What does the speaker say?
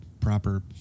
proper